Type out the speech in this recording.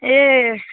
ए